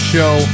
Show